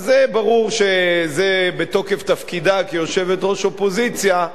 אז ברור שזה בתוקף תפקידה כיושבת-ראש אופוזיציה,